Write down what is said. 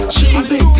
Cheesy